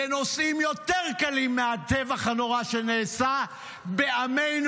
על נושאים יותר קלים מהטבח הנורא שנעשה בעמנו